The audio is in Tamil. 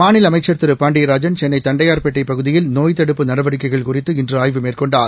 மாநில அமைச்ச் திரு பாண்டியராஜன் சென்னை தண்டையா்பேட்டை பகுதியில் நோய் தடுப்பு நடவடிக்கைகள் குறித்து இன்று ஆய்வு மேற்கொண்டார்